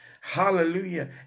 Hallelujah